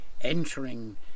Entering